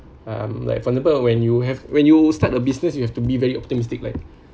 um like for example when you have when you start a business you have to be very optimistic like